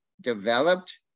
developed